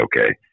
okay